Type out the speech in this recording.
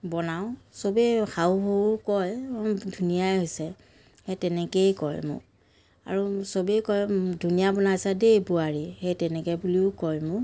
বনাওঁ চবেই শাহু শহুেও কয় ধুনীয়াই হৈছে সেই তেনেকেই কয় মোক আৰু চবেই কয় ধুনীয়া বনাইছা দেই বোৱাৰী সেই তেনেকৈ বুলিও কয় মোক